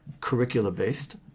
curricula-based